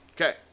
Okay